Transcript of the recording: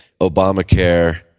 Obamacare